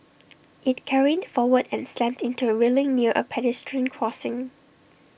IT careened forward and slammed into A railing near A pedestrian crossing